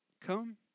come